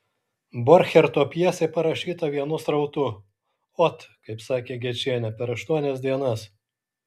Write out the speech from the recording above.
borcherto pjesė parašyta vienu srautu ot kaip sakė gečienė per aštuonias dienas